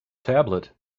tablet